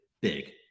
big